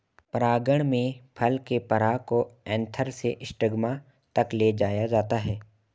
परागण में फल के पराग को एंथर से स्टिग्मा तक ले जाया जाता है